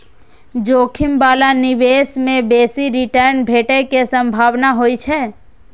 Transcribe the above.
जोखिम बला निवेश मे बेसी रिटर्न भेटै के संभावना होइ छै